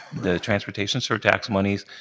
the transportation surtax monies,